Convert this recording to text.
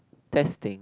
testing